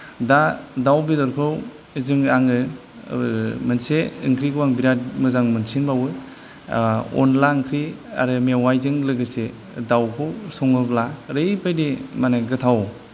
दा दाउ बेदरखौ जोङो आङो मोनसे ओंख्रिखौ आं बेराद मोजां मोनसिनबावो अनद्ला ओंख्रि आरो मेवायजों लोगोसे दाउखौ सङोब्ला ओरैबादि माने गोथाव